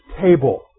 table